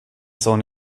son